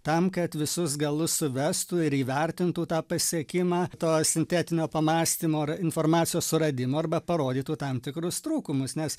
tam kad visus galus suvestų ir įvertintų tą pasiekimą to sintetinio pamąstymo ar informacijos suradimo arba parodytų tam tikrus trūkumus nes